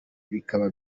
bikaba